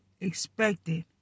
expected